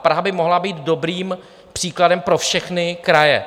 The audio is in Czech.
Praha by mohla být dobrým příkladem pro všechny kraje.